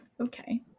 okay